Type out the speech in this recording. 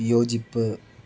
വിയോജിപ്പ്